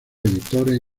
editores